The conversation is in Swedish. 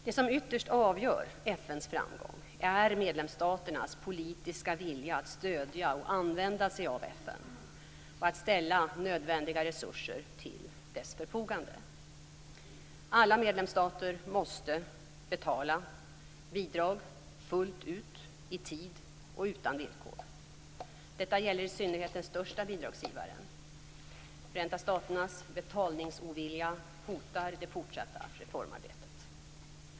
Det som ytterst avgör FN:s framgång är medlemsstaternas politiska vilja att stödja och använda sig av FN och att ställa nödvändiga resurser till dess förfogande. Alla medlemsstater måste betala bidrag fullt ut, i tid och utan villkor. Detta gäller i synnerhet den största bidragsgivaren. Förenta staternas betalningsovilja hotar det fortsatta reformarbetet.